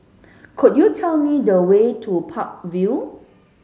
could you tell me the way to Park Vale